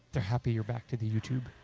they're happy your back to the youtube.